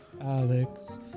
Alex